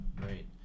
right